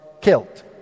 killed